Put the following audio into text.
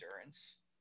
endurance